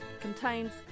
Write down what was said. contains